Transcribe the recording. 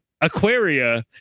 Aquaria